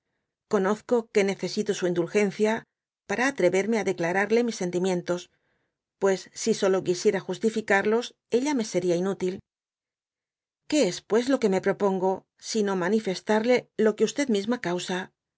gonesco que necesito su indulgencia para aireverane á declararle mis sentimientos pues si solo quisiera justificarlos ella me sería inútil que es pues lo que me propongo sino mawifestarlé lo que misma causa